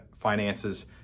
finances